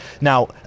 now